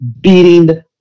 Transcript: beating